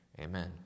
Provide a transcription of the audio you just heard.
amen